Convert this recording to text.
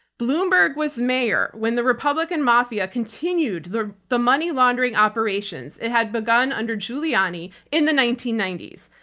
bloomberg was mayor when the republican mafia continued the the money laundering operations. it had begun under giuliani in the nineteen ninety s.